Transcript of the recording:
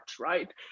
right